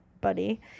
buddy